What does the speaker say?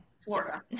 Florida